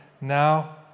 now